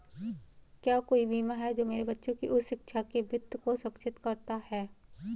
क्या कोई बीमा है जो मेरे बच्चों की उच्च शिक्षा के वित्त को सुरक्षित करता है?